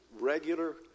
regular